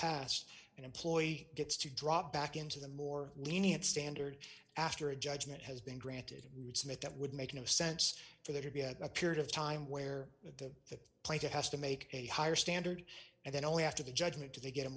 sed and employee gets to drop back into the more lenient standard after a judgment has been granted smith that would make no sense for there to be a period of time where the plate it has to make a higher standard and then only after the judgment to they get a